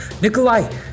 Nikolai